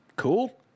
Cool